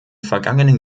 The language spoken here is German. vergangenen